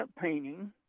painting